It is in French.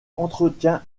entretien